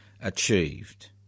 achieved